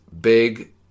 big